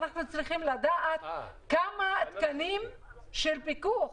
אנחנו צריכים לדעת כמה תקנים של פיקוח